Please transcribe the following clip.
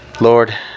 Lord